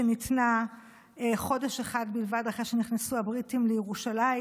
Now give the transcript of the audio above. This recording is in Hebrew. שניתנה חודש אחד בלבד אחרי שנכנסו הבריטים לירושלים,